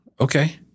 okay